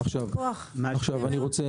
אני רוצה